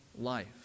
life